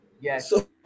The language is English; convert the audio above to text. Yes